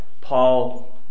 Paul